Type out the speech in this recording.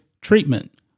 treatment